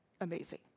Amazing